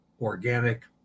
organic